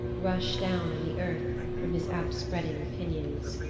rush down on the earth from his outspreading pinions.